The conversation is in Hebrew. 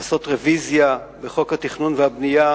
לעשות רוויזיה בחוק התכנון והבנייה,